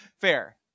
fair